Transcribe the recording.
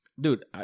Dude